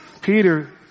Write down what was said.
Peter